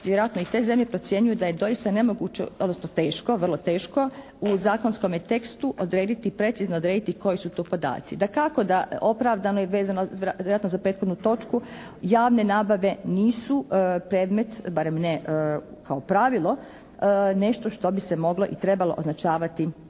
vjerojatno i te zemlje procjenjuju da je doista nemoguće odnosno teško, vrlo teško u zakonskome tekstu odrediti, precizno odrediti koji su to podaci. Dakako, da opravdano i vezano vjerojatno za prethodnu točku javne nabave nisu predmet, barem ne kao pravilo, nešto što bi se moglo i trebalo označavati